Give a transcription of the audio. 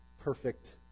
perfect